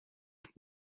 vous